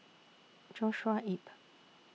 Joshua Ip